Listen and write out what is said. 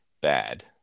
bad